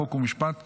חוק ומשפט נתקבלה.